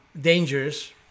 dangerous